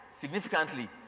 significantly